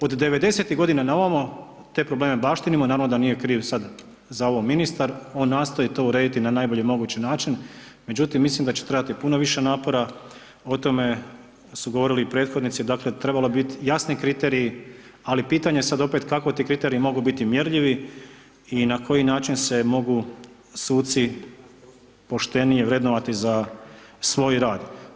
Od '90.-tih godina na ovamo te probleme baštinimo i normalno da nije kriv sad za ovo ministar, on nastoji to urediti na najbolji mogući način, međutim mislim da će trebati puno više napora o tome su govorili i prethodnici, dakle trebali bi bit jasni kriteriji, ali pitanje je sad opet kako ti kriteriji mogu biti mjerljivi i na koji način se mogu suci poštenije vrednovati za svoj rad.